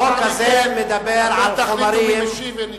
לאחר מכן תחליטו מי משיב, ונגמר.